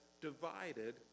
divided